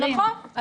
נכון,